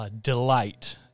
delight